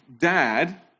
dad